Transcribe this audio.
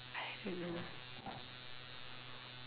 I don't know